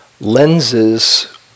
lenses